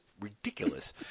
ridiculous